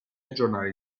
aggiornare